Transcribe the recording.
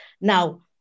Now